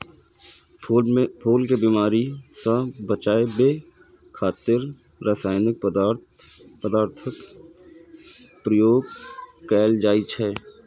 फूल कें बीमारी सं बचाबै खातिर रासायनिक पदार्थक प्रयोग कैल जाइ छै